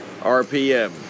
RPM